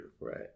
Right